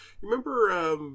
remember